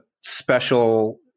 special